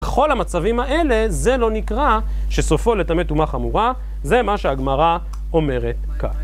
כל המצבים האלה זה לא נקרא שסופו לתמת אומה חמורה, זה מה שהגמרה אומרת כך.